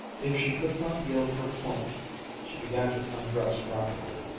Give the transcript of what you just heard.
if she could not yield her point she began to undress rapidly,